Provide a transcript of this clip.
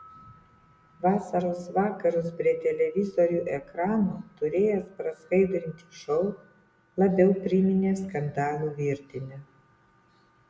vasaros vakarus prie televizorių ekranų turėjęs praskaidrinti šou labiau priminė skandalų virtinę